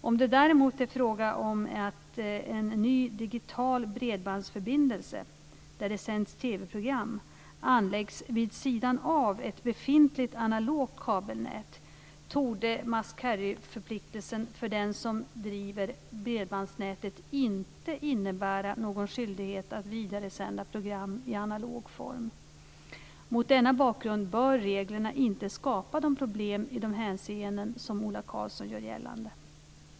Om det däremot är fråga om att en ny digital bredbandsförbindelse, där det sänds TV-program, anläggs vid sidan av ett befintligt analogt kabelnät, torde must carry-förpliktelsen för den som driver bredbandsnätet inte innebära någon skyldighet att vidaresända program i analog form. Mot denna bakgrund bör reglerna inte skapa problem i de hänseenden som Ola Karlsson gör gällande.